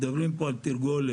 מדברים פה על תרגולת.